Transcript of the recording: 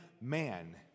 man